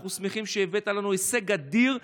אנחנו שמחים שהבאת לנו הישג אדיר,